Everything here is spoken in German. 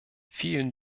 vielen